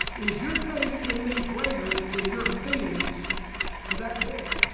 is your faith in me greater than your feelings for that boy?